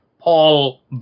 Paul